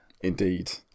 indeed